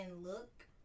look